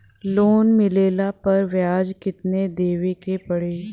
Loan मिलले पर ब्याज कितनादेवे के पड़ी?